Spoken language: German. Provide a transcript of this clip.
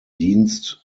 dienst